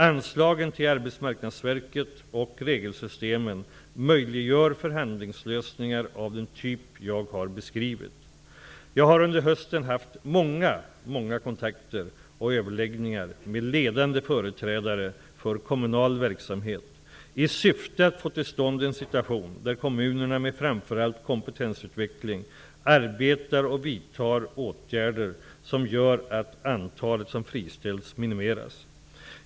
Anslagen till Arbetsmarknadsverket och regelsystemen möjliggör förhandlingslösningar av den typ jag har beskrivit. Jag har under hösten haft många kontakter och överläggningar med ledande företrädare för kommunal verksamhet i syfte att få till stånd en situation där kommunerna med framför allt kompetensutveckling arbetar och vidtar åtgärder som gör att antalet som friställs minimeras.